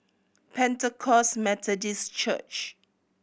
Pentecost Methodist Church